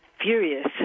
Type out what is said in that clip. furious